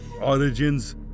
Origins